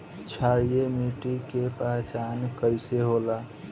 क्षारीय मिट्टी के पहचान कईसे होला?